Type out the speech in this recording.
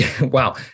wow